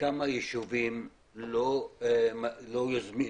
כמה יישובים לא יוזמים